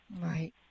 Right